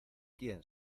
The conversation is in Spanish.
quién